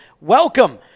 welcome